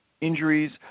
injuries